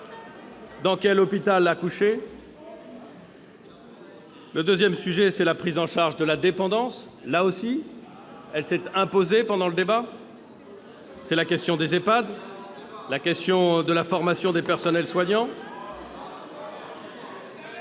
Dans quel hôpital accoucher ? Le deuxième sujet est la prise en charge de la dépendance- il s'est lui aussi imposé pendant le débat. C'est la question des Ehpad et celle de la formation des personnels soignants.